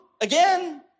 again